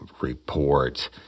report